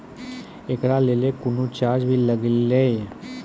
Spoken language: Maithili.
एकरा लेल कुनो चार्ज भी लागैये?